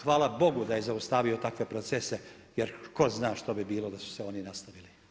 Hvala bogu da je zaustavio takve procese jer tko zna što bi bilo da su se oni nastavili.